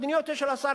מדיניותו של השר,